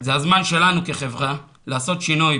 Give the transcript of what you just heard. זה הזמן שלנו כחברה לעשות שינוי,